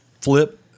flip